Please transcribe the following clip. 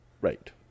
Right